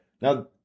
Now